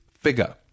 figure